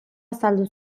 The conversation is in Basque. azaldu